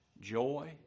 joy